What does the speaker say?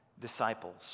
disciples